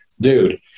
dude